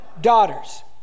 daughters